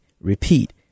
Repeat